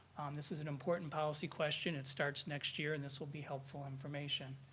this is an important policy question. it starts next year and this will be helpful information.